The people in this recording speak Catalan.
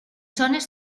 zones